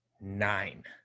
Nine